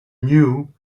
knew